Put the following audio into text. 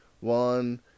One